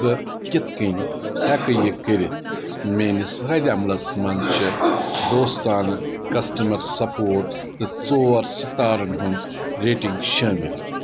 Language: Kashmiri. بہٕ کِتھ کٔنۍ ہیٚکہٕ یہِ کٔرِتھ میٛٲنِس ردِ عملس منٛز چھِ دوستانہٕ کسٹمر سپورٹ تہٕ ژور سِتارَن ہِنٛز ریٹِنٛگ شٲمِل